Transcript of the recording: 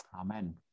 Amen